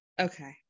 Okay